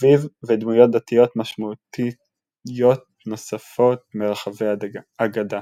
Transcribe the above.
אביו ודמויות דתיות משמעותיות נוספות מרחבי הגדה.